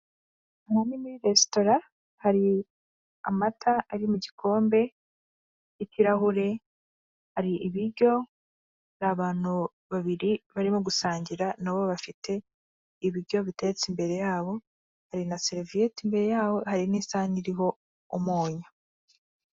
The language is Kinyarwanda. Resitora hari amata ari mu gikombe, ikirahure hari ibiryo, hari abantu babiri barimo gusangira nabo bafite ibiryo biteretse imbere yabo, hari na seriviyeti imbere yaho, hari n'isahani iriho umunyu.